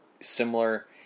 similar